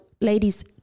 ladies